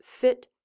fit